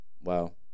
Wow